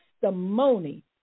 testimony